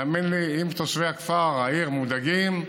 האמן לי, אם תושבי הכפר, העיר, מודאגים,